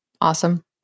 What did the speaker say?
Awesome